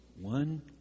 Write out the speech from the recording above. one